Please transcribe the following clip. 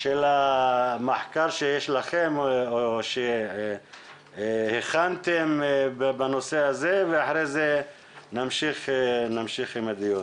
של המחקר שיש לכם או שהכנתם בנושא הזה ואחרי זה נמשיך בדיון.